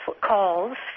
calls